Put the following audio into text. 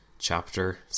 Chapter